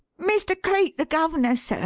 mr. cleek, the guv'ner, sir.